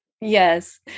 Yes